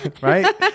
right